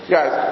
Guys